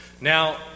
now